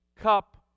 cup